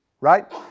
Right